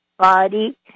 Body